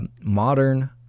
modern